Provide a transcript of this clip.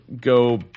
go